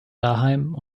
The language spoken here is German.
daheim